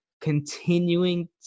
continuing